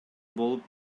болуп